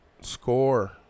Score